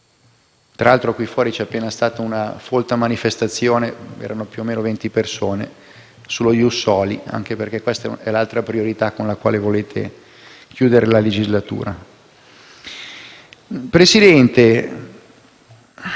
Peraltro, qui fuori si è appena svolta una manifestazione - erano più o meno 20 persone - sullo *ius soli*, anche perché questa è l'altra priorità con la quale volete chiudere la legislatura. Presidente,